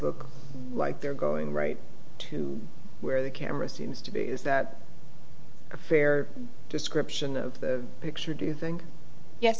look like they're going right to where the camera seems to be is that a fair description of the picture do you think yes